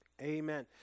Amen